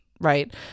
right